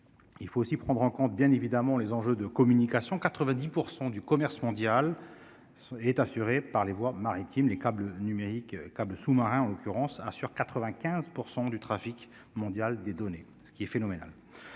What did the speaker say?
il faut aussi prendre en compte bien évidemment les enjeux de communication 90 % du commerce mondial est assurée par les voies maritimes les câbles numérique, câble sous-marin, en l'occurrence sur 95 % du trafic mondial des données, ce qui est phénoménal,